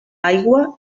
aigua